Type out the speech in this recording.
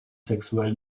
sexuell